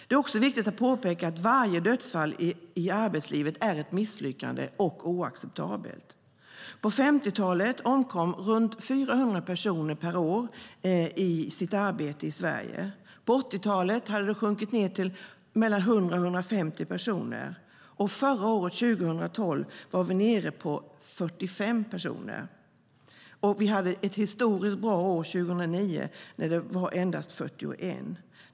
Det är också viktigt att påpeka att varje dödsfall i arbetslivet är ett misslyckande och oacceptabelt. På 50-talet omkom runt 400 personer per år i sitt arbete i Sverige. På 80-talet hade det sjunkit till 100-150 personer. Förra året, 2012, var vi nere på 45 personer. Vi hade ett historiskt bra år 2009, när det var endast 41.